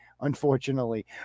unfortunately